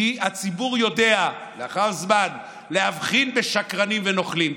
כי הציבור יודע לאחר זמן להבחין בשקרנים ונוכלים.